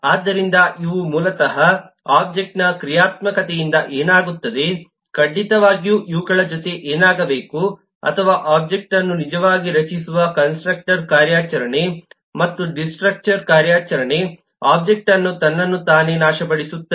ಆದ್ದರಿಂದ ಇವು ಮೂಲತಃ ಒಬ್ಜೆಕ್ಟ್ನ ಕ್ರಿಯಾತ್ಮಕತೆಯಿಂದ ಏನಾಗುತ್ತದೆ ಖಂಡಿತವಾಗಿಯೂ ಇವುಗಳ ಜೊತೆಗೆ ಏನಾಗಬೇಕು ಅಥವಾ ಒಬ್ಜೆಕ್ಟ್ ಅನ್ನು ನಿಜವಾಗಿ ರಚಿಸುವ ಕನ್ಸ್ಟ್ರಕ್ಟರ್ ಕಾರ್ಯಾಚರಣೆ ಮತ್ತು ಡಿಸ್ಟ್ರಕ್ಟರ್ ಕಾರ್ಯಾಚರಣೆ ಒಬ್ಜೆಕ್ಟ್ ಅನ್ನು ತನ್ನನ್ನು ತಾನೇ ನಾಶಪಡಿಸುತ್ತದೆ